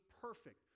perfect